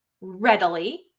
readily